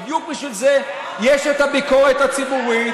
בדיוק בשביל זה יש את הביקורת הציבורית,